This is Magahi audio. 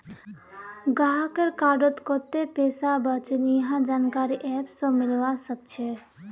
गाहकेर कार्डत कत्ते पैसा बचिल यहार जानकारी ऐप स मिलवा सखछे